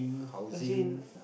as in